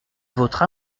votre